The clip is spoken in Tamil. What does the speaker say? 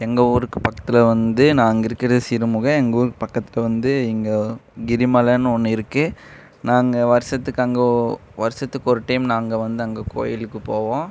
எங்கள் ஊருக்கு பக்கத்தில் வந்து நாங்கள் இருக்கிறது சிறுமுகை எங்கள் ஊருக்கு பக்கத்தில் வந்து இங்கே கிரிமலைன்னு ஒன்று இருக்குது நாங்கள் வருஷத்துக்கு அங்கே வருஷத்துக்கு ஒரு டைம் நாங்கள் வந்து அங்கே கோயிலுக்கு போவோம்